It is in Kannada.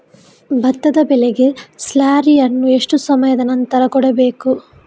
ಭತ್ತದ ಬೆಳೆಗೆ ಸ್ಲಾರಿಯನು ಎಷ್ಟು ಸಮಯದ ಆನಂತರ ಕೊಡಬೇಕು?